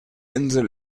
insel